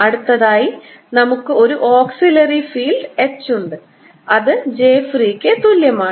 അടുത്തതായി നമുക്ക് ഒരു ഓക്സിലിയറി ഫീൽഡ് H ഉണ്ട് അത് j free ക്ക് തുല്യമാണ്